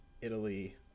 Italy